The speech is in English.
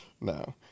no